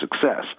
success